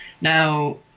Now